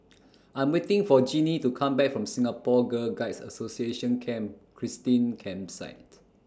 I'm waiting For Genie to Come Back from Singapore Girl Guides Association Camp Christine Campsite